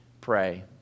pray